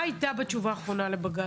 מה הייתה התשובה האחרונה לבג"ץ?